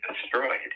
destroyed